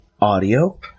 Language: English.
audio